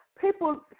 people